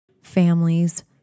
families